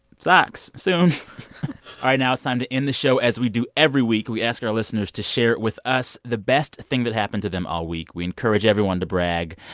socks soon now it's time to end the show as we do every week. we ask our listeners to share with us the best thing that happened to them all week. we encourage everyone to brag.